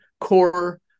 core